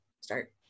start